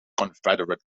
confederate